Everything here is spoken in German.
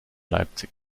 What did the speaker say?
leipzig